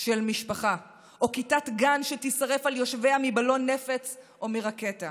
של משפחה או כיתת גן שתישרף על יושביה מבלון נפץ או מרקטה.